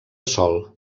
sòl